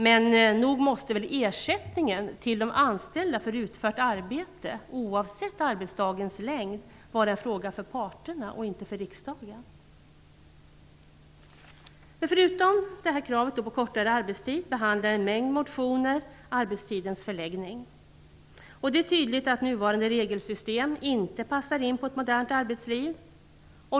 Men nog måste ersättningen till de anställda för utfört arbete, oavsett arbetsdagens längd, vara en fråga för parterna, inte för riksdagen. Förutom kravet på kortare arbetstid behandlar en mängd motioner arbetstidens förläggning. Det är tydligt att nuvarande regelsystem inte passar in på ett modernt arbetsliv.